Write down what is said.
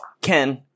Ken